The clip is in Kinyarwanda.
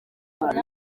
kurya